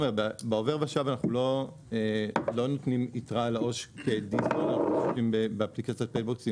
בעובר ושב אנחנו לא נותנים יתרה על העו"ש כ --- באפליקציית פייבוקס,